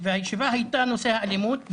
הישיבה הייתה בנושא האלימות.